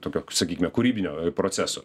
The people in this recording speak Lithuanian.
tokio sakykime kūrybinio proceso